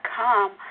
come